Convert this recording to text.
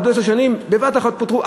עבדו עשר שנים ובבת-אחת פוטרו,